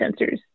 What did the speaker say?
sensors